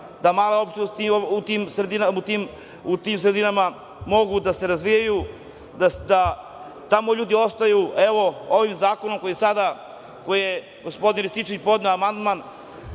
da male opštine u tim sredinama mogu da se razvijaju, da tamo ljudi ostaju. Evo, ovim zakonom na koji je gospodin Rističević podneo amandman